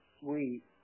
Suite